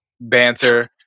banter